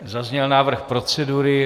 Zazněl návrh procedury.